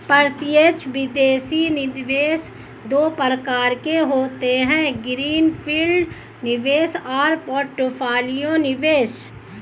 प्रत्यक्ष विदेशी निवेश दो प्रकार के होते है ग्रीन फील्ड निवेश और पोर्टफोलियो निवेश